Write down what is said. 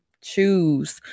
Choose